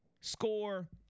score